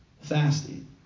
Fasting